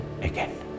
again